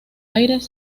aires